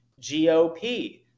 GOP